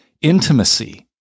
intimacy